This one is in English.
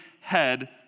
head